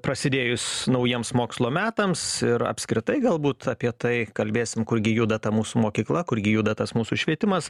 prasidėjus naujiems mokslo metams ir apskritai galbūt apie tai kalbėsim kurgi juda ta mūsų mokykla kurgi juda tas mūsų švietimas